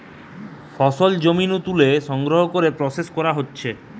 ফসল জমি নু তুলে সংগ্রহ করে প্রসেস করা হতিছে